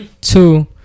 Two